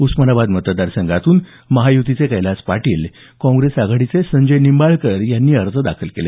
उस्मानाबाद मतदारसंघातून महायुतीचे कैलास पाटील काँग्रेस आघाडीचे संजय निंबाळकर यांनी अर्ज दाखल केले